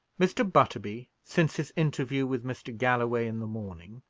mr. butterby, since his interview with mr. galloway in the morning,